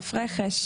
ועדת רכש,